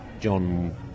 John